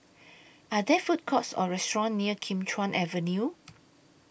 Are There Food Courts Or restaurants near Kim Chuan Avenue